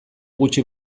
gutxi